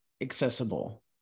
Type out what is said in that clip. accessible